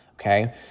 okay